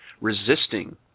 resisting